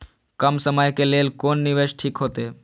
कम समय के लेल कोन निवेश ठीक होते?